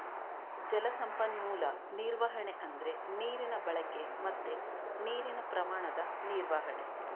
ಜಲ ಸಂಪನ್ಮೂಲ ನಿರ್ವಹಣೆ ಅಂದ್ರೆ ನೀರಿನ ಬಳಕೆ ಮತ್ತೆ ನೀರಿನ ಪ್ರಮಾಣದ ನಿರ್ವಹಣೆ